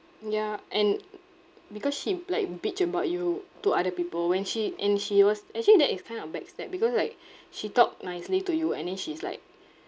ya and because she like bitch about you to other people when she and she was actually that is kind of back stab because like she talk nicely to you and then she's like